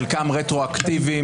חלקם רטרואקטיביים,